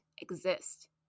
exist